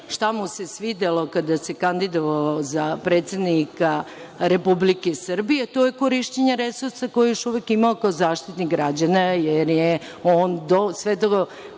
što mu se svidelo kada se kandidovao za predsednika Republike Srbije, to je korišćenje resursa koje je još uvek imao kao Zaštitnik građana, jer je on sve do